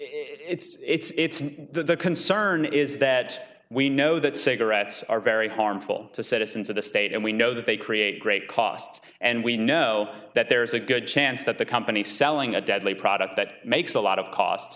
that the concern is that we know that cigarettes are very harmful to citizens of the state and we know that they create great costs and we know that there is a good chance that the company selling a deadly product that makes a lot of cost